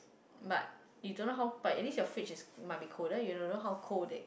but you don't know how but at least your fridge is might be cooler you don't know how cool is